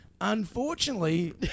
unfortunately